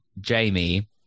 Jamie